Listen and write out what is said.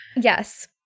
Yes